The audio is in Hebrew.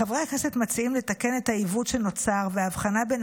חברי הכנסת מציעים לתקן את העיוות שנוצר בהבחנה בין